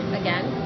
again